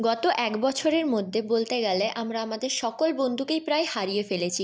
গত এক বছরের মধ্যে বলতে গেলে আমরা আমাদের সকল বন্ধুকেই প্রায় হারিয়ে ফেলেছি